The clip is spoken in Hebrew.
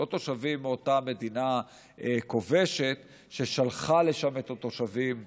לא תושבים מאותה מדינה כובשת ששלחה לשם את התושבים שלה,